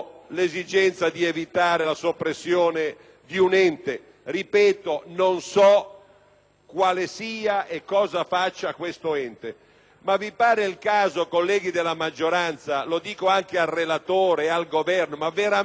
quale sia e cosa faccia questo ente), ma vi pare il caso, colleghi della maggioranza, lo chiedo anche al relatore e al Governo, di dare pareri favorevoli su emendamenti con questi caratteri?